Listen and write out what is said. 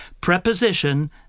Preposition